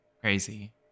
Crazy